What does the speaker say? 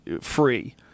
free